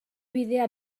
bidea